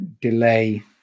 delay